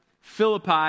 Philippi